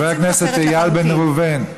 חבר הכנסת איל בן ראובן,